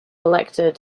elected